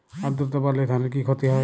আদ্রর্তা বাড়লে ধানের কি ক্ষতি হয়?